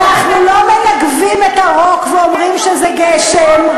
אנחנו לא מנגבים את הרוק ואומרים שזה גשם.